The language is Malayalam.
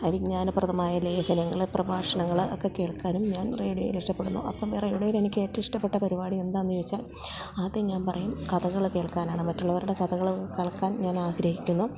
അത് വിജ്ഞാനപ്രദമായ ലേഖനങ്ങള് പ്രഭാഷണങ്ങളൊക്കെ കേൾക്കാനും ഞാൻ റേഡിയോയിൽ ഇഷ്ടപ്പെടുന്നു അപ്പം റേഡിയോയിൽ എനിക്കേറ്റവും ഇഷ്ടപെട്ട പരിപാടിയെന്താണെന്ന് ചോദിച്ചാല് ആദ്യം ഞാന് പറയും കഥകൾ കേൾക്കാനാണ് മറ്റുള്ളവരുടെ കഥകൾ കേൾക്കാൻ ഞാനാഗ്രഹിക്കുന്നു